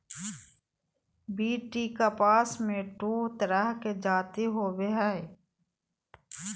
BT कपास मे दू तरह के जाति होबो हइ